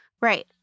Right